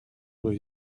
were